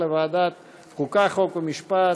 בית-המשפט),